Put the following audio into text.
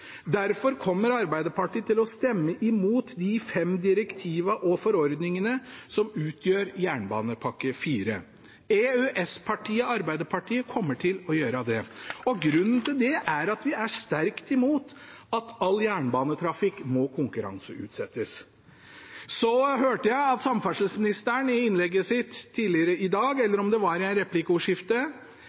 Derfor kommer Arbeiderpartiet til å stemme imot de fem direktivene og forordningene som utgjør jernbanepakke IV. EØS-partiet Arbeiderpartiet kommer til å gjøre det. Grunnen til det er at vi er sterkt imot at all jernbanetrafikk må konkurranseutsettes. Jeg hørte samferdselsministeren i innlegget sitt – eller om det var i